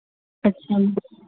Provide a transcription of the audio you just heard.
ਅੱਛਾ ਜੀ